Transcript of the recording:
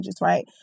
right